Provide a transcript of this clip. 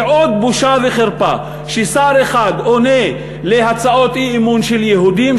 זה עוד בושה וחרפה ששר אחד עונה על הצעות אי-אמון של יהודים,